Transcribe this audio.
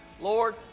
Lord